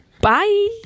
Bye